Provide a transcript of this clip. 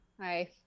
Hi